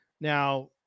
Now